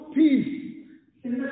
peace